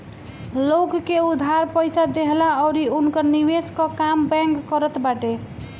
लोग के उधार पईसा देहला अउरी उनकर निवेश कअ काम बैंक करत बाटे